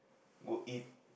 go eat